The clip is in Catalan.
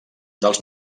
dels